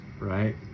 right